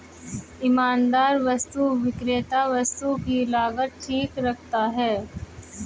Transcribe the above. ईमानदार वस्तु विक्रेता वस्तु की लागत ठीक रखता है